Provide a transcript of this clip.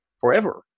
forever